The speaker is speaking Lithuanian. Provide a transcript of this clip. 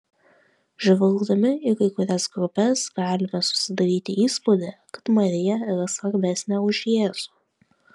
žvelgdami į kai kurias grupes galime susidaryti įspūdį kad marija yra svarbesnė už jėzų